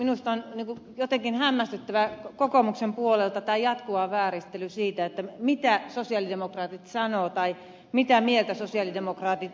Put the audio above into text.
minusta on jotenkin hämmästyttävää kokoomuksen puolelta tämä jatkuva sen vääristely mitä sosialidemokraatit sanovat tai mitä mieltä sosialidemokraatit ovat